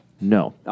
No